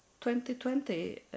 2020